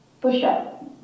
push-up